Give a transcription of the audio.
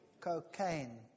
Cocaine